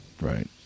Right